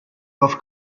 both